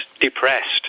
depressed